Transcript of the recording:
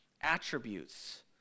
attributes